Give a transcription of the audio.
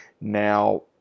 now